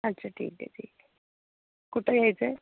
अच्छा ठीक आहे ठीक आहे कुठं यायचं आहे